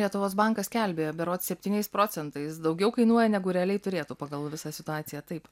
lietuvos bankas skelbė jog berods septyniais procentais daugiau kainuoja negu realiai turėtų pagal visą situaciją taip